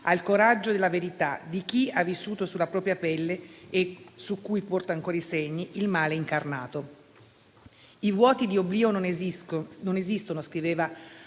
il coraggio della verità, di chi ha vissuto sulla propria pelle, su cui porta ancora i segni, il male incarnato. «I vuoti di oblio non esistono», scriveva